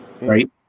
right